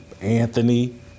Anthony